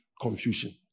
confusion